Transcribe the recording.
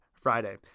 Friday